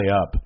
up